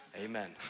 Amen